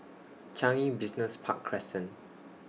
Changi Business Park Crescent